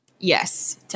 Yes